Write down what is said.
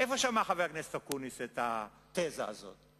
איפה שמע חבר הכנסת אקוניס את התזה הזאת?